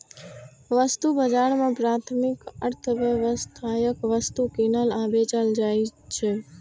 वस्तु बाजार मे प्राथमिक अर्थव्यवस्थाक वस्तु कीनल आ बेचल जाइ छै